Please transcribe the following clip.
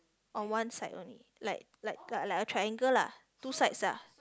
on one side only like like like a triangle lah two sides ah